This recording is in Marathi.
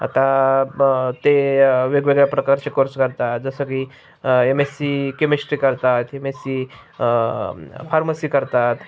आता ते वेगवेगळ्या प्रकारचे कोर्स करतात जसं की एम एस सी केमिस्ट्री करतात एम एस सी फार्मसी करतात